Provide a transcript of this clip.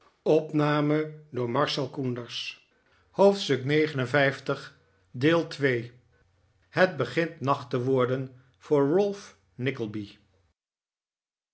hoofdstuk lix het begint nacht te worden voor